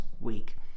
week